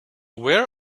wear